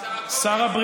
תעזור לי.